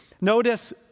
Notice